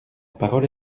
parole